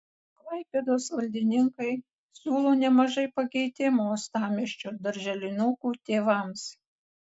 klaipėdos valdininkai siūlo nemažai pakeitimų uostamiesčio darželinukų tėvams